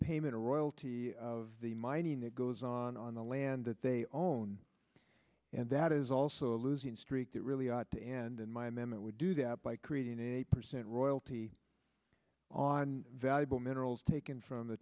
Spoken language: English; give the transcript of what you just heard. payment or royalty of the mining that goes on on the land that they own and that is also a losing streak that really ought to end in my memory would do that by creating a percent royalty on valuable minerals taken from the